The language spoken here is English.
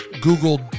Google